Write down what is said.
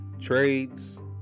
Trades